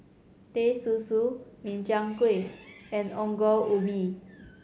Teh Susu Min Chiang Kueh and Ongol Ubi